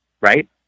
right